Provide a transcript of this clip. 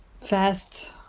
fast